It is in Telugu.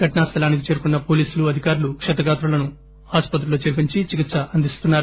ఘటనా స్దలానికి చేరుకున్న పోలీసులు అధికారులు క్షతగాత్రులను ఆస్పత్రిలో చేర్పించి చికిత్స అందిస్తున్నారు